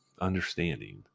understanding